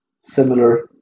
Similar